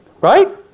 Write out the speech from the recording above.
Right